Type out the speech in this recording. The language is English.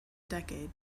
decade